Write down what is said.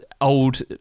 Old